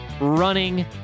running